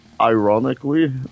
ironically